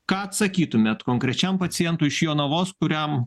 ką atsakytumėt konkrečiam pacientui iš jonavos kuriam